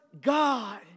God